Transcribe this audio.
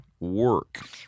work